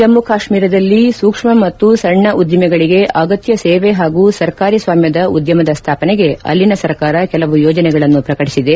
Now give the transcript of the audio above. ಜಮ್ಮ ಕಾಶ್ಮೀರದಲ್ಲಿ ಸೂಕ್ಷ್ಮ ಮತ್ತು ಸಣ್ಣ ಉದ್ದಿಮೆಗಳಿಗೆ ಅಗತ್ಯ ಸೇವೆ ಹಾಗೂ ಸರ್ಕಾರಿ ಸ್ವಾಮ್ಯದ ಉದ್ಯಮದ ಸ್ಟಾಪನೆಗೆ ಅಲ್ಲಿನ ಸರ್ಕಾರ ಕೆಲವು ಯೋಜನೆಗಳನ್ನು ಪ್ರಕಟಿಸಿದೆ